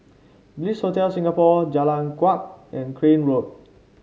Bliss Hotel Singapore Jalan Kuak and Crane Road